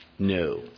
No